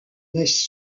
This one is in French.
naissent